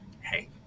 Hey